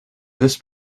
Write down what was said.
this